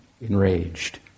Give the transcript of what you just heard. enraged